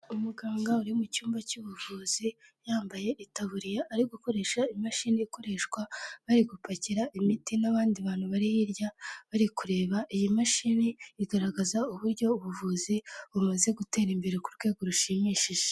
Umuganga uri mu cyumba cy'ubuvuzi, yambaye itaburiya ari gukoresha imashini ikoreshwa bari gupakira imiti n'abandi bantu bari hirya bari kureba, iyi mashini igaragaza uburyo ubuvuzi bumaze gutera imbere ku rwego rushimishije.